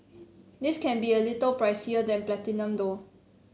this can be a little pricier than Platinum though